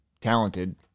talented